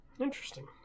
Interesting